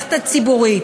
למערכת הציבורית.